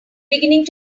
beginning